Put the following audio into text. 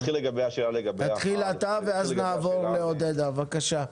תתחיל אתה, ואז נעבור לעודדה, בבקשה.